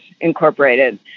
Incorporated